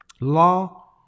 law